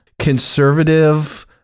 conservative